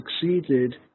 succeeded